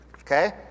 Okay